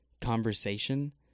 conversation